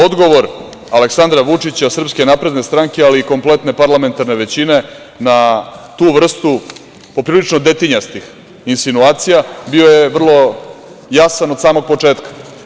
Odgovor Aleksandra Vučića, SNS ali i kompletne parlamentarne većine na tu vrstu poprilično detinjastih insinuacija bio je vrlo jasan od samog početka.